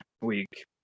week